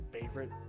favorite